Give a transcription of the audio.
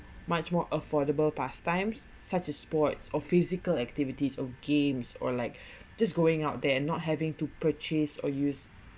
much more affordable pastimes such as sports or physical activities of games or like just going out there and not having to purchase or use